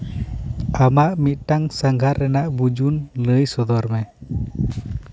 ᱟᱢᱟᱜ ᱢᱤᱫᱴᱟᱝ ᱥᱟᱸᱜᱷᱟᱨ ᱨᱮᱱᱟᱜ ᱵᱩᱡᱩᱱ ᱞᱟᱹᱭ ᱥᱚᱫᱚᱨ ᱢᱮ